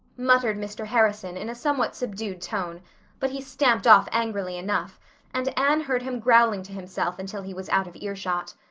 muttered mr. harrison in a somewhat subdued tone but he stamped off angrily enough and anne heard him growling to himself until he was out of earshot.